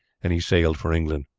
and he sailed for england.